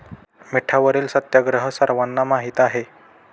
मिठावरील सत्याग्रह सर्वांना माहीत आहे